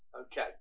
okay